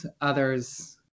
others